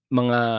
mga